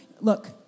look